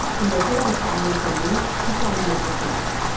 you know if you want to silence a room, get diagnosed with cancer.